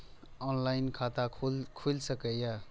Online खाता खुल सके ये?